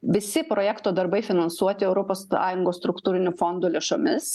visi projekto darbai finansuoti europos sąjungos struktūrinių fondų lėšomis